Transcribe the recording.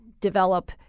develop